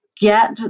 get